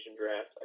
draft